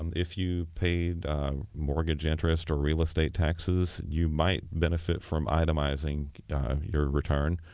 um if you paid mortgage interest or real estate taxes, you might benefit from itemizing your return,